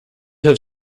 have